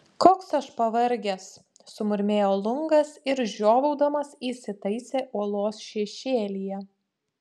koks aš pavargęs sumurmėjo lungas ir žiovaudamas įsitaisė uolos šešėlyje